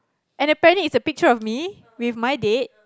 and apparently it's a picture of me with my date